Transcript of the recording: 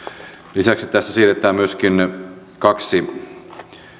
lisäksi tässä siirretään myöskin kaksi